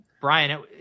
Brian